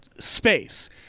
Space